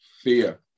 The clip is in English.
fear